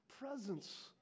Presence